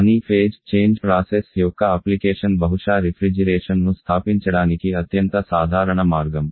కానీ phase change process యొక్క application బహుశా రిఫ్రిజిరేషన్ ను స్థాపించడానికి అత్యంత సాధారణ మార్గం